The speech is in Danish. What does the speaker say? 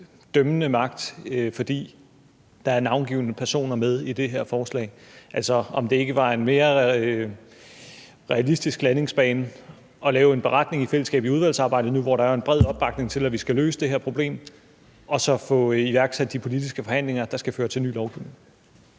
dømmende magt, fordi der er navngivne personer med i det her forslag. Altså, var det ikke en mere realistisk landingsbane at lave en beretning i fællesskab i udvalgsarbejdet nu, hvor der er en bred opbakning til, at vi skal løse det her problem, og så få iværksat de politiske forhandlinger, der skal føre til ny lovgivning?